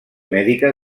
mèdica